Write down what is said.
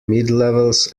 midlevels